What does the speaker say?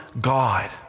God